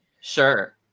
Sure